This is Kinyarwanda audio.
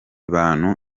bantu